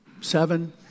seven